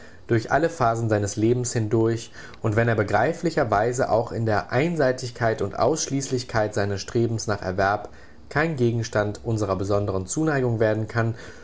durch alle phasen seines lebens hindurch und wenn er begreiflicherweise auch in der einseitigkeit und ausschließlichkeit seines strebens nach erwerb kein gegenstand unserer besonderen zuneigung werden kann